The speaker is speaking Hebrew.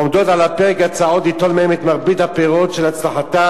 עומדות על הפרק הצעות ליטול מהם את מרבית הפירות של הצלחתם.